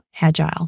agile